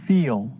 Feel